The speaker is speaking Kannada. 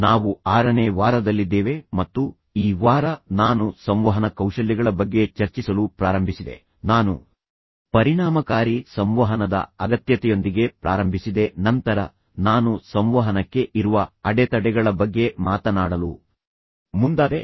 ನಾವು ಆರನೇ ವಾರದಲ್ಲಿದ್ದೇವೆ ಮತ್ತು ಈ ವಾರ ನಾನು ಸಂವಹನ ಕೌಶಲ್ಯಗಳ ಬಗ್ಗೆ ಚರ್ಚಿಸಲು ಪ್ರಾರಂಭಿಸಿದೆ ನಾನು ಪರಿಣಾಮಕಾರಿ ಸಂವಹನದ ಅಗತ್ಯತೆಯೊಂದಿಗೆ ಪ್ರಾರಂಭಿಸಿದೆ ನಂತರ ನಾನು ಸಂವಹನಕ್ಕೆ ಇರುವ ಅಡೆತಡೆಗಳ ಬಗ್ಗೆ ಮಾತನಾಡಲು ಮುಂದಾದೆ